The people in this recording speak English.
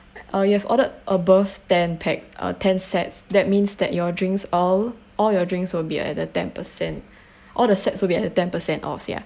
uh you have ordered above ten pax uh ten sets that means that your drinks all all your drinks will be at a ten percent all the sets will be at a ten per cent off ya